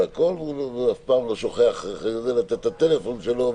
והוא אף פעם לא שוכח אחרי זה לתת את הטלפון שלו,